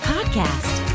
Podcast